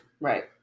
right